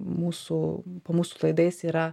mūsų po mūsų laidais yra